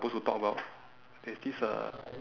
~posed to talk about there's this uh